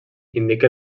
indica